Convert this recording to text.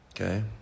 okay